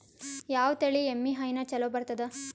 ಯಾವ ತಳಿ ಎಮ್ಮಿ ಹೈನ ಚಲೋ ಬರ್ತದ?